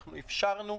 אנחנו אפשרנו,